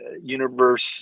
universe